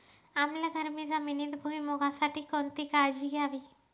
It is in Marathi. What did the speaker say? आम्लधर्मी जमिनीत भुईमूगासाठी कोणती काळजी घ्यावी?